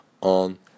on